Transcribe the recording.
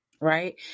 Right